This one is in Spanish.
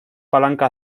palanca